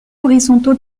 horizontaux